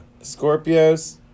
Scorpios